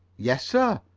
yes, sir,